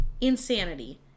insanity